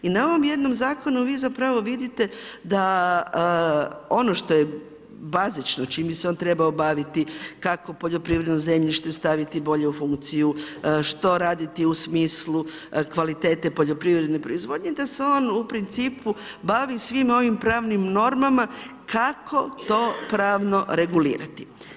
I na ovom jednom zakonu vi vidite da ono što je bazično čime bi se on trebao baviti, kako poljoprivredno zemljište bolje u funkciju, što raditi u smislu kvalitete poljoprivredne proizvodnje da se on u principu bavi svim ovim pravnim normama kako to pravno regulirati.